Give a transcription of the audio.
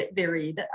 varied